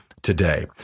Today